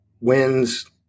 wins